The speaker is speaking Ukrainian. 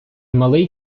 малий